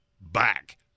back